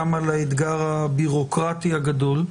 גם על האתגר הביורוקרטי הגדול,